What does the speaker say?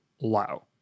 low